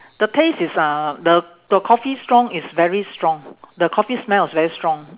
the taste is uh the the coffee strong is very strong the coffee smell is very strong